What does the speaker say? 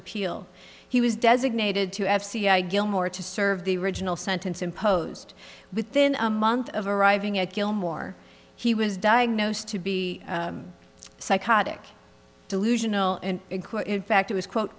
appeal he was designated to f c i gilmore to serve the original sentence imposed within a month of arriving at kilmore he was diagnosed to be psychotic delusional and in fact was quote